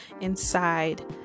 inside